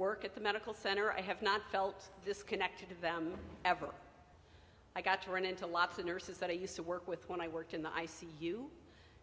work at the medical center i have not felt this connected to them ever i got to run into lots of nurses that i used to work with when i worked in the i c u